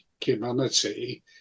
humanity